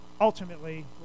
Ultimately